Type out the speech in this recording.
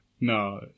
No